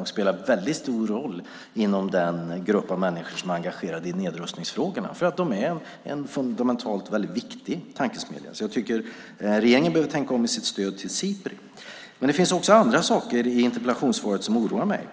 Man spelar en väldigt stor roll i den grupp av människor som är engagerade i nedrustningsfrågor, för man är en fundamentalt väldigt viktig tankesmedja. Regeringen behöver tänka om när det gäller stödet till Sipri. Men det finns också andra saker i interpellationssvaret som oroar mig.